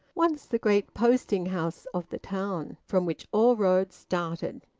once the great posting-house of the town, from which all roads started.